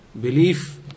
belief